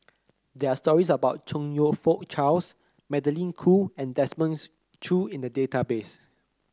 there are stories about Chong You Fook Charles Magdalene Khoo and Desmond Choo in the database